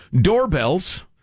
doorbells